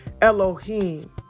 Elohim